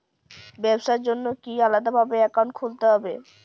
ব্যাবসার জন্য কি আলাদা ভাবে অ্যাকাউন্ট খুলতে হবে?